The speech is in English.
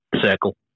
circle